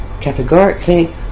categorically